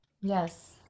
yes